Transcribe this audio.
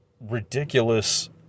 ridiculous